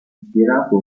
ispirato